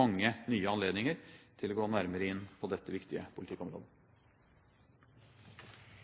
mange nye anledninger til å gå nærmere inn på dette viktige politikkområdet.